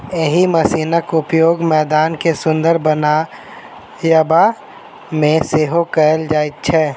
एहि मशीनक उपयोग मैदान के सुंदर बनयबा मे सेहो कयल जाइत छै